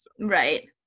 Right